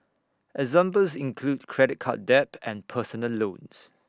examples include credit card debt and personal loans